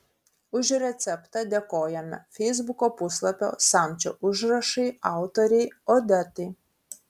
už receptą dėkojame feisbuko puslapio samčio užrašai autorei odetai